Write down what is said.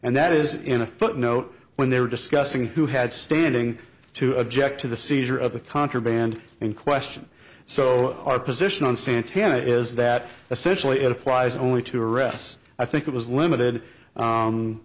and that is in a footnote when they were discussing who had standing to object to the seizure of the contraband in question so our position on santana is that essentially it applies only to arrests i think it was limited